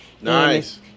Nice